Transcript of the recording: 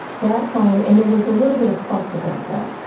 that finally and there was a little bit of fuss about that.